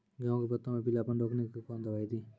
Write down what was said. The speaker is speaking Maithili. गेहूँ के पत्तों मे पीलापन रोकने के कौन दवाई दी?